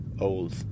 old